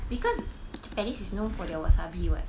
because japanese is known for their wasabi [what]